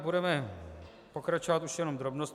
Budeme pokračovat už jenom drobnostmi.